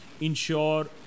Ensure